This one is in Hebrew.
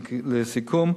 לסיכום,